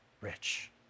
rich